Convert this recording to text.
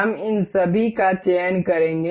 हम इन सभी का चयन करेंगे